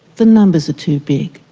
the numbers are too big,